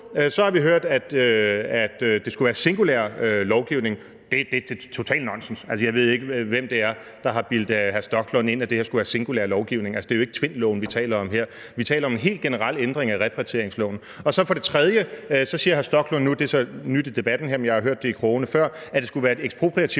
har vi hørt, at det skulle være singulær lovgivning, men det er totalt nonsens. Jeg ved ikke, hvem det er, der har bildt hr. Rasmus Stoklund ind, at det her skulle være singulær lovgivning – altså, det er jo ikke i Tvindloven, vi taler om her; vi taler om en helt generel ændring af repatrieringsloven. For det tredje siger hr. Rasmus Stoklund nu – det er så nyt i debatten her, men jeg har hørt det i krogene før – at det skulle være et ekspropriativt